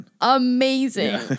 amazing